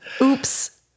Oops